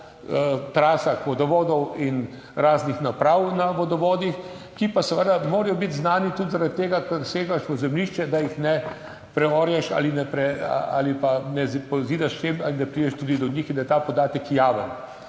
o trasah vodovodov in raznih naprav na vodovodih, ki pa seveda morajo biti znani tudi zaradi tega, ker segaš v zemljišče, da jih ne preorješ ali ne ali pa ne pozidaš(?), prideš tudi do njih in da je ta podatek javen.